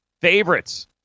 Favorites